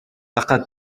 لقد